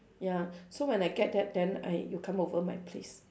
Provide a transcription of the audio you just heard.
ya so when I get that then I you come over my place